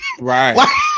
Right